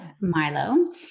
Milo